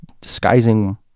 disguising